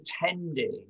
pretending